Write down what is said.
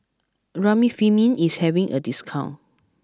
Remifemin is having a discount